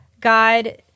God